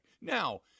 Now